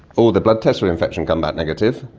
all the blood tests for infection come back negative.